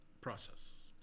process